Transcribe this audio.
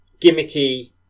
Gimmicky